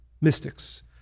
mystics